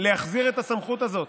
להחזיר את הסמכות הזאת,